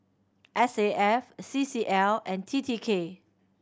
S A F C C L and T T K